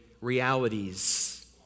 realities